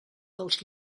dels